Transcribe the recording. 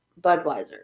Budweiser